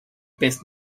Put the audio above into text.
best